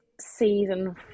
season